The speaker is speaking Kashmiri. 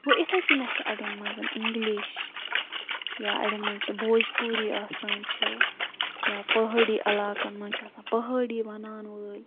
گوٚو یِتھَے کٔنٮ۪تھ چھِ اَڑٮ۪ن مںٛز اِنٛگلِش یا اَڑٮ۪ن مَنٛز چھِ بھوجپوٗری آسان چھِ یا پہٲڑی علاقَن مَنٛز چھِ آسان پہٲڑی وَنان وٲلۍ